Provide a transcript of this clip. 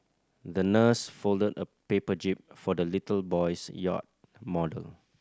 the nurse folded a paper jib for the little boy's yacht model